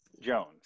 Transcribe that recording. Jones